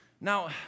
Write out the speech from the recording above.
Now